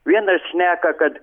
vienas šneka kad